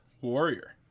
Warrior